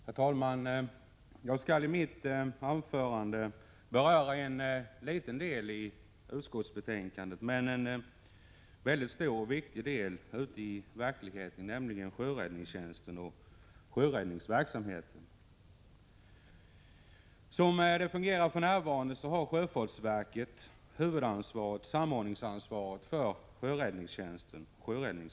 Herr talman! Jag skall i mitt anförande beröra en liten fråga i betänkandet men en viktig fråga i verkligheten, nämligen sjöräddningstjänsten och dess verksamhet. För närvarande har sjöfartsverket samordningsansvaret för sjöräddningsverksamheten.